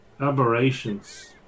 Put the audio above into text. aberrations